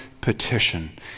petition